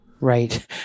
Right